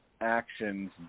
actions